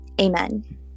Amen